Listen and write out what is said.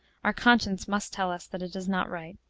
our conscience must tell us that it is not right.